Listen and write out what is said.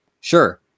Sure